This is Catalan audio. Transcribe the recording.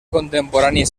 contemporani